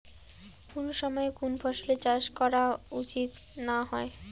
কুন সময়ে কুন ফসলের চাষ করা উচিৎ না হয়?